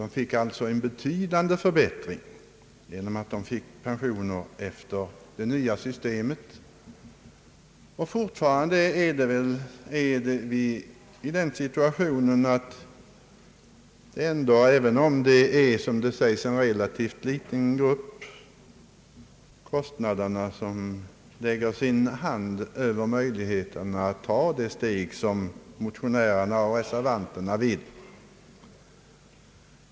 De fick alltså en betydande förbättring genom att de fick pensioner efter det nya systemet. Vi är väl fortfarande i den situationen att — även om det rör sig om en relativt liten grupp — kostnaderna ändå hindrar oss att ta det steg som motionärerna och reservanterna vill att vi skall ta.